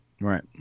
Right